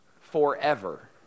forever